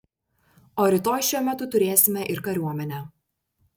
o rytoj šiuo metu turėsime ir kariuomenę